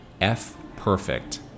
F-perfect